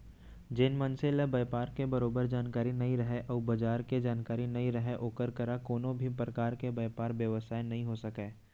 जेन मनसे ल बयपार के बरोबर जानकारी नइ रहय अउ बजार के जानकारी नइ रहय ओकर करा कोनों भी परकार के बयपार बेवसाय नइ हो सकय